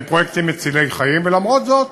והם פרויקטים מצילי חיים, ולמרות זאת,